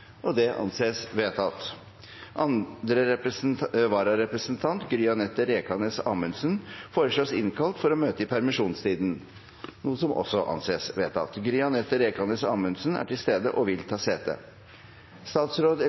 og innvilget. – Det anses vedtatt. Andre vararepresentant, Gry-Anette Rekanes Amundsen , foreslås innkalt for å møte i permisjonstiden. – Det anses også vedtatt. Gry-Anette Rekanes Amundsen er til stede og vil ta sete. Representanten